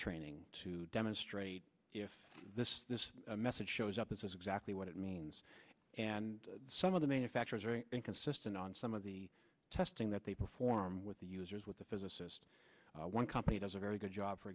training to demonstrate if this message shows up this is exactly what it means and some of the manufacturers are inconsistent on some of the testing that they perform with the users with the physicist one company does a very good job for